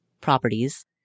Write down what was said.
properties